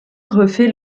refait